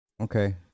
Okay